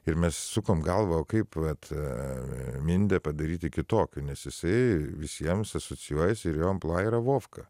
ir mes sukam galvą o kaip vat mindę padaryti kitokiu nes jisai visiems asocijuojasi ir jo amplua yra vovka